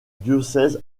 diocèse